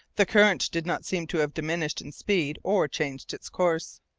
the current did not seem to have diminished in speed or changed its course.